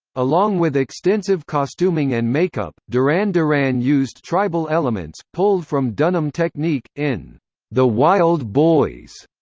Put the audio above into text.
along with extensive costuming and make-up, duran duran used tribal elements, pulled from dunham technique, in the wild boys,